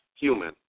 Human